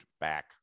back